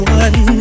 one